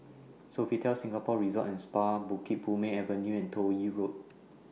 Sofitel Singapore Resort and Spa Bukit Purmei Avenue and Toh Yi Road